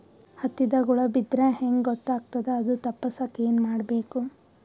ಹತ್ತಿಗ ಹುಳ ಬಿದ್ದ್ರಾ ಹೆಂಗ್ ಗೊತ್ತಾಗ್ತದ ಅದು ತಪ್ಪಸಕ್ಕ್ ಏನ್ ಮಾಡಬೇಕು?